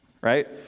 right